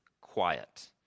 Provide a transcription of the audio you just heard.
quiet